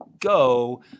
go